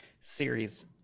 series